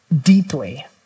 deeply